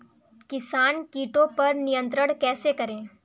किसान कीटो पर नियंत्रण कैसे करें?